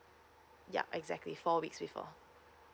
yup exactly four weeks before